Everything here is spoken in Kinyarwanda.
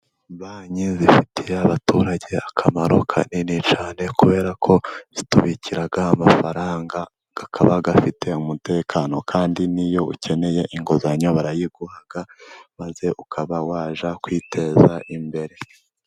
Banki zifitiye abaturage akamaro kanini cyane kubera ko zitubikira amafaranga akaba afite umutekano, kandi n'iyo ukeneye inguzanyo barayiguha maze ukaba wajya kwiteza imbere.